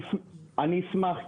אני אשמח,